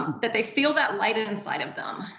that they feel that light inside of them.